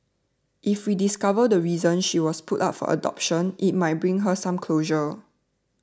if we discover the reason she was put up for adoption it might bring her some closure